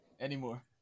Anymore